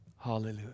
Hallelujah